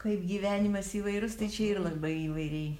kaip gyvenimas įvairus tai čia ir labai įvairiai